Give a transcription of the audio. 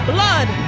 Blood